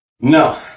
no